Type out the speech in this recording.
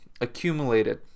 accumulated